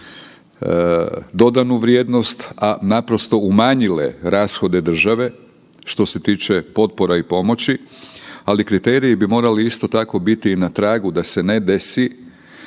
dodanu vrijednost, a naprosto umanjile rashode države što se tiče potpora i pomoći, ali kriteriji bi morali isto tako biti na tragu da se ne desi